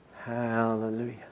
hallelujah